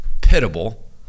pitiable